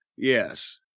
yes